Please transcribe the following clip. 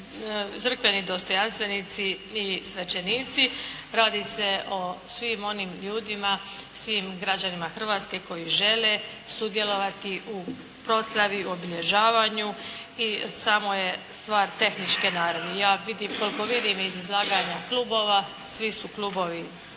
crkveni dostojanstvenici i svećenici. Radi se o svim onim ljudima, svim građanima Hrvatske koji žele sudjelovati u proslavi, u obilježavanju. Samo je stvar tehničke naravi. Ja vidim, koliko vidim iz izlaganja kubova, svi su klubovi